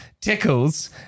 tickles